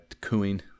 cooing